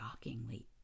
shockingly